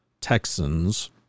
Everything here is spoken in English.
Texans